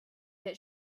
that